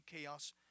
chaos